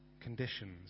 conditions